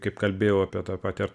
kaip kalbėjau apie tą patį